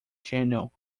channel